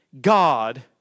God